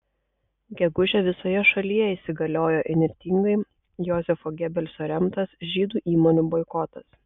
gegužę visoje šalyje įsigaliojo įnirtingai jozefo gebelso remtas žydų įmonių boikotas